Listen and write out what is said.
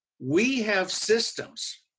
we have systems,